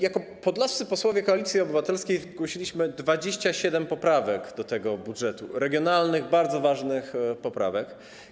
Jako podlascy posłowie Koalicji Obywatelskiej zgłosiliśmy 27 poprawek do tego budżetu, regionalnych, bardzo ważnych poprawek.